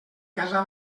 casa